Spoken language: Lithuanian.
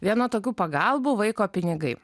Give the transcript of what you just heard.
viena tokių pagalbų vaiko pinigai